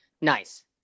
Nice